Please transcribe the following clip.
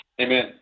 Amen